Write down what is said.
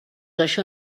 això